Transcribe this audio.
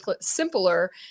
simpler